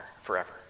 forever